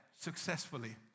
successfully